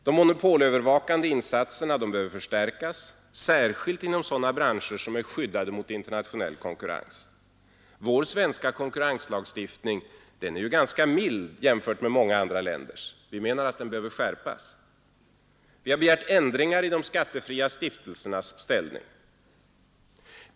De monopolövervakande insatserna behöver förstärkas, särskilt inom sådana branscher som är skyddade mot internationell konkurrens. Vår svenska konkurrenslagstiftning är ganska mild jämfört med många andra länders. Vi menar att den behöver skärpas. Vi har begärt ändringar i de skattefria stiftelsernas ställning.